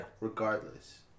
Regardless